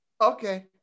Okay